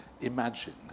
imagine